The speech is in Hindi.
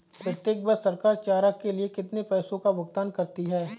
प्रत्येक वर्ष सरकार चारा के लिए कितने पैसों का भुगतान करती है?